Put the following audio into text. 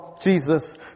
Jesus